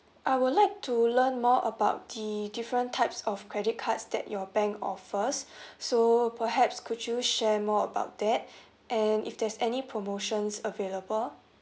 I would like to learn more about the different types of credit cards that your bank offers so perhaps could you share more about that and if there's any promotions available